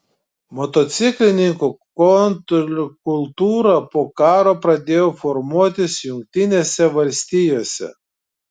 motociklininkų kontrkultūra po karo pradėjo formuotis jungtinėse valstijose